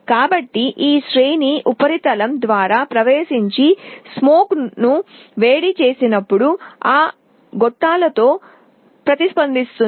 కాబట్టి ఈ శ్రేణి ఉపరితలం ద్వారా ప్రవేశించే పొగను వేడి చేసినప్పుడు ఆ గొట్టాలతో ప్రతిస్పందిస్తుంది